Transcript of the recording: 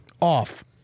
off